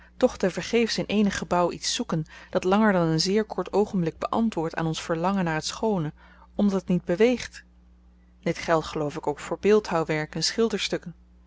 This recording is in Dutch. te vergeefs in eenig gebouw iets zoeken dat langer dan een zeer kort oogenblik beantwoordt aan ons verlangen naar het schoone omdat het niet beweegt dit geldt geloof ik ook voor beeldhouwwerk en